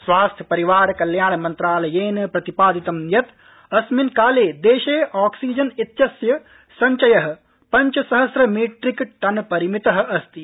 स्वास्थ्य परिवार कल्याण मन्त्रायलेन प्रतिपादितं यत् अस्मिन् काले देशे ऑक्सीजन इत्यस्य सञ्चय पञ्चसहस्र मीट्रिकटन परिमित अस्ति